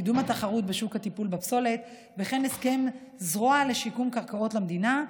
קידום התחרות בשוק הטיפול בפסולת וכן הסכם זרוע לשיקום קרקעות המדינה,